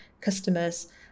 customers